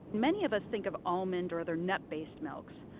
many of us think of almond or other nut-based milks.